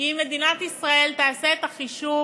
כי אם מדינת ישראל תעשה את החישוב